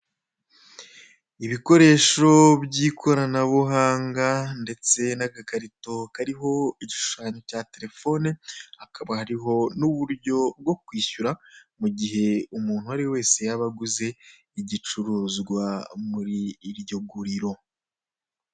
Ibikoresho by'ikoranabuhanga ndetse n'agakarito kariho igishushanyo cya terefone, hakaba hariho n'uburyo bwo kwishyura mu gihe umuntu uwo ariwe wese yaba aguze igicuruzwa muri iryo guriro.